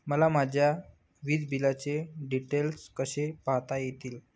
मला माझ्या वीजबिलाचे डिटेल्स कसे पाहता येतील?